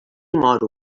moro